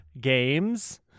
games